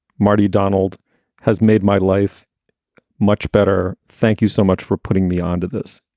marty donald has made my life much better. thank you so much for putting me on to this.